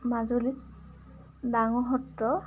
মাজুলীত ডাঙৰ সত্ৰ